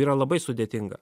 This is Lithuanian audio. yra labai sudėtinga